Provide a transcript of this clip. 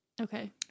Okay